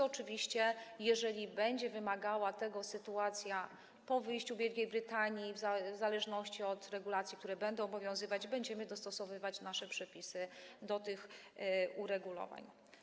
Oczywiście jeżeli będzie wymagała tego sytuacja po wyjściu Wielkiej Brytanii, w zależności od regulacji, które będą obowiązywać, będziemy dostosowywać nasze przepisy do tych uregulowań.